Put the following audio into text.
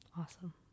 awesome